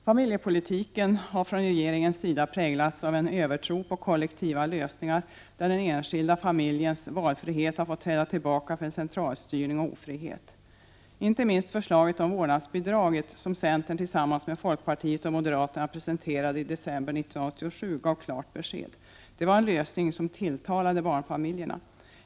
Familjepolitiken har från regeringens sida präglats av en övertro på kollektiva lösningar, där den enskilda familjens valfrihet har fått träda tillbaka för centralstyrning och ofrihet. Inte minst förslaget om vårdnadsbidraget, som centern tillsammans med folkpartiet och moderaterna presenterade i december 1987, gav klart besked. Det var en lösning som tilltalade barnfamiljerna.